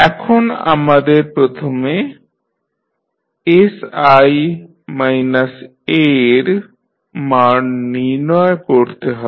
এখন আমাদের প্রথমে sI A র মান নির্ণয় করতে হবে